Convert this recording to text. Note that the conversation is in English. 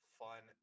fun